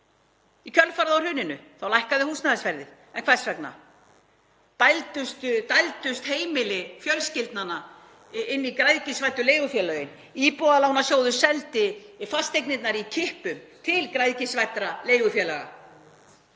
Í kjölfarið á hruninu lækkaði húsnæðisverðið. En hvers vegna? Þá dældust heimili fjölskyldnanna inn í græðgisvæddu leigufélögin. Íbúðalánasjóður seldi fasteignirnar í kippum til græðgisvæddra leigufélaga